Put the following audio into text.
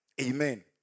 Amen